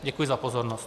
Děkuji za pozornost.